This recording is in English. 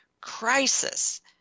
crisis